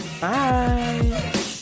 Bye